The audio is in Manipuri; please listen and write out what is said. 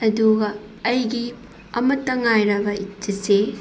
ꯑꯗꯨꯒ ꯑꯩꯒꯤ ꯑꯃꯠꯇ ꯉꯥꯏꯔꯕ ꯆꯦꯆꯦ